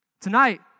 Tonight